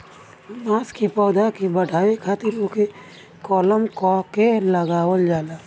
बांस के पौधा के बढ़ावे खातिर ओके कलम क के लगावल जाला